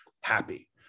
happy